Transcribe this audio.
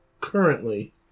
currently